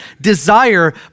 desire